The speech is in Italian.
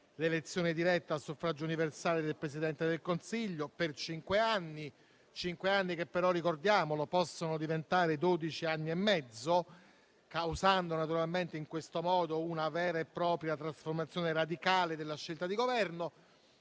l'elezione diretta, a suffragio universale, del Presidente del Consiglio per cinque anni; cinque anni che però, ricordiamolo, possono diventare dodici anni e mezzo, causando, naturalmente, in questo modo una vera e propria trasformazione radicale della scelta di governo,